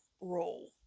roll